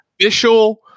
official